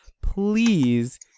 please